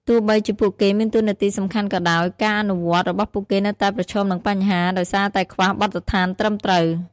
ទោះបីជាពួកគេមានតួនាទីសំខាន់ក៏ដោយ ការអនុវត្តន៍របស់ពួកគេនៅតែប្រឈមនឹងបញ្ហា ដោយសារតែខ្វះបទដ្ឋានត្រឹមត្រូវ។